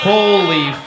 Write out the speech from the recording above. Holy